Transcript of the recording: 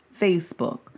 Facebook